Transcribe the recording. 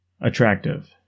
attractive